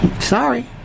Sorry